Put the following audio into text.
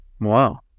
Wow